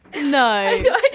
No